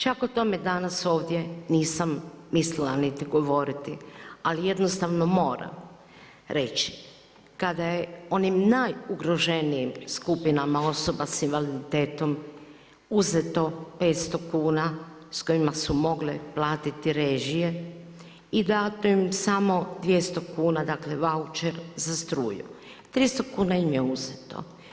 Čak o tome danas nisam mislila govoriti ali jednostavno moram reći, kada je onim najugroženijim skupinama osoba sa invaliditetom uzeto 500 kuna s kojima su mogle platiti režije i dano im samo 200 kuna, dakle vaučer za struju, 300 kuna im je uzeto.